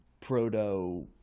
proto